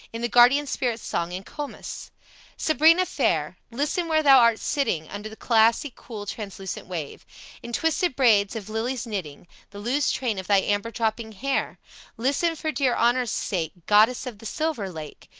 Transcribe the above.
in the guardian-spirit's song in comus sabrina fair! listen where thou art sitting under the glassy, cool, translucent wave in twisted braids of lilies knitting the loose train of thy amber-dropping hair listen for dear honor's sake, goddess of the silver lake!